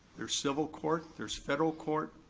there's civil court, there's federal court.